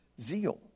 zeal